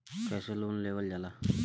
कैसे लोन लेवल जाला?